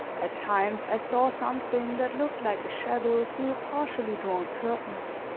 at times i saw something that looked like a shadow through the partially drawn curtains.